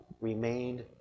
remained